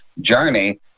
journey